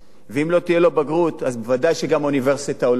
ואם לא תהיה לו בגרות אז ודאי שגם לאוניברסיטה הוא לא יגיע.